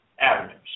avenues